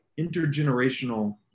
intergenerational